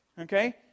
Okay